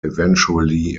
eventually